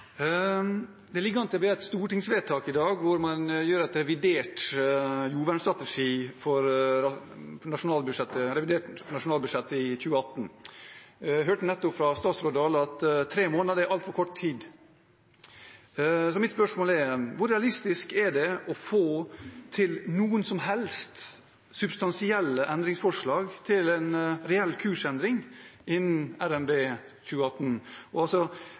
Det ligger i dag an til å bli et stortingsvedtak om en revidert jordvernstrategi innen revidert nasjonalbudsjett for 2018. Jeg hørte nettopp av statsråd Dale at tre måneder er altfor kort tid. Mitt spørsmål er: Hvor realistisk er det å få til noen som helst substansielle endringsforslag til en reell kursendring innen revidert nasjonalbudsjett for 2018? Dersom stortingsflertallet vedtar dette i dag, hva er handlingsrommet som statsråden og